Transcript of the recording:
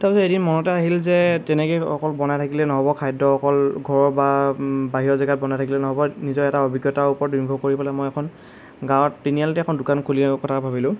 তাৰপিছত এদিন মনতে আহিল যে তেনেকৈ অকল বনাই থাকিলে নহ'ব খাদ্য অকল ঘৰত বা বাহিৰৰ জেগাত বনাই থাকিলেই নহ'ব নিজৰ এটা অভিজ্ঞতাৰ ওপৰত নিৰ্ভয় কৰি পেলাই মই এখন গাঁৱত তিনিআলিতে এখন দোকান খোলাৰ কথা ভাবিলোঁ